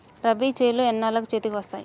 రబీ చేలు ఎన్నాళ్ళకు చేతికి వస్తాయి?